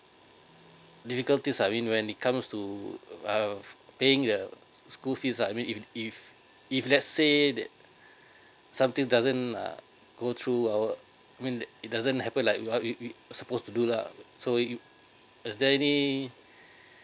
difficulties I mean when it comes to uh paying the school fees uh I mean if if if let's say that something doesn't uh go through our I mean that it doesn't happen like you are we supposed to do lah so you is there any